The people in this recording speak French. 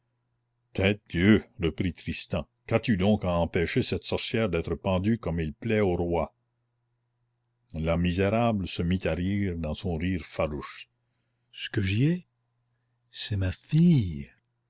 tête dieu reprit tristan qu'as-tu donc à empêcher cette sorcière d'être pendue comme il plaît au roi la misérable se mit à rire de son rire farouche ce que j'y ai c'est ma fille